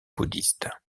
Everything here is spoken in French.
bouddhiste